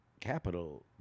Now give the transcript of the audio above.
capital